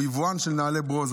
הוא יבואן של נעלי "ברוזה",